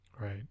Right